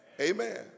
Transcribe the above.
Amen